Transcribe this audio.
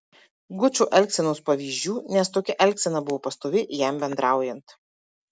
gučo elgsenos pavyzdžių nes tokia elgsena buvo pastovi jam bendraujant